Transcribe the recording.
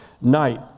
night